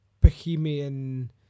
bohemian